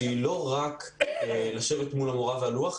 שהיא לא רק לשבת מול המורה והלוח,